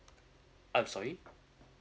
I'm sorry